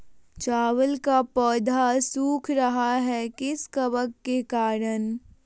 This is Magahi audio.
चावल का पौधा सुख रहा है किस कबक के करण?